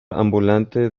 ambulante